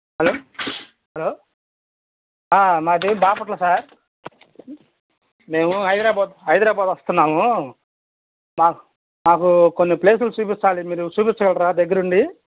hello hello మాది Bapatla sir మేము హైదరాబాద్ హైదరాబాద్ వస్తున్నాము మాకు మాకు కొన్ని ప్లేసులు చూపించాలి మీరు చూపించగలరా దగ్గరుండి